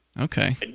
Okay